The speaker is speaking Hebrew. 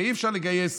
אי-אפשר לגייס